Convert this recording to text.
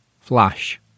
flash